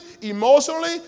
emotionally